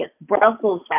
Brussels